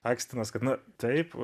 akstinas kad na taip